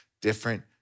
different